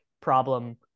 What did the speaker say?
problem